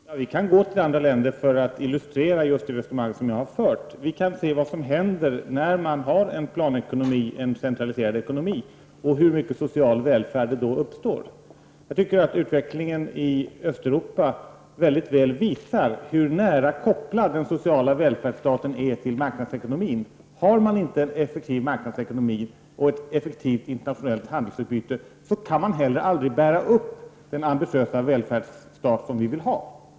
Herr talman! Ja, vi kan gå till andra länder för att illustrera det resonemang som jag har fört. Vi kan se vad som händer när man har en centraliserad planekonomi och hur mycket social välfärd som då uppstår. Jag tycker att utvecklingen i Östeuropa mycket väl visar hur nära kopplad den sociala välfärdsstaten är till marknadsekonomin. Har man inte en effektiv marknadsekonomi och ett effektivt internationellt handelsutbyte, kan man heller aldrig bära upp den ambitiösa välfärdsstat som vi vill ha.